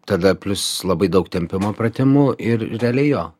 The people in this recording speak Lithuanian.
tada plius labai daug tempimo pratimų ir realiai jo